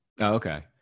okay